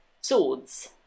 swords